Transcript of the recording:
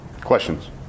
questions